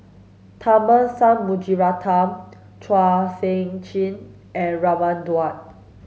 Tharman Shanmugaratnam Chua Sian Chin and Raman Daud